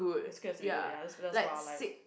is good as we good ya lets lets wild life